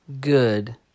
good